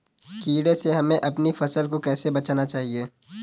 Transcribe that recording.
कीड़े से हमें अपनी फसल को कैसे बचाना चाहिए?